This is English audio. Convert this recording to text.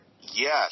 Yes